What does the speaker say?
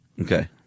Okay